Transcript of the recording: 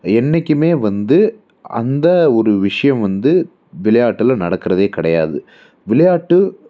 என்றைக்குமே வந்து அந்த ஒரு விஷயம் வந்து விளையாட்டில் நடக்கிறதே கிடையாது விளையாட்டு